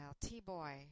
T-boy